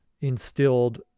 instilled